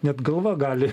net galva gali